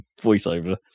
voiceover